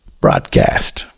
broadcast